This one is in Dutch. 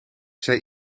zij